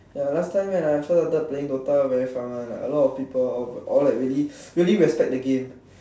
ya last time when I first started playing DOTA very fun [one] ah a lot people really really respect the game